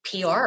PR